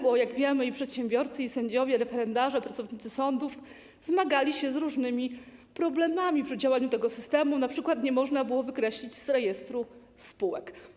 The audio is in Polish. Bo jak wiemy, i przedsiębiorcy, i sędziowie, i referendarze, i pracownicy sądów zmagali się z różnymi problemami w działaniu tego sytemu, np. nie można było wykreślić z rejestru spółek.